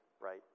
right